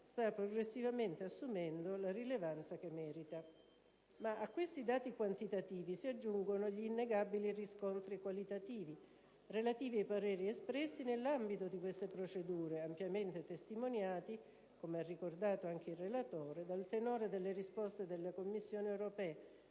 sta progressivamente assumendo la rilevanza che merita. Tuttavia, a questi dati quantitativi si aggiungono gli innegabili riscontri qualitativi relativi ai pareri espressi nell'ambito di queste procedure, ampiamente testimoniati - come ha ricordato anche il relatore - dal tenore delle risposte della Commissione europea,